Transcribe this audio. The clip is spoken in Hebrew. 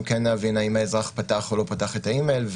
אפשרות להבין האם האזרח פתח או לא פתח את האימייל,